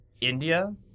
India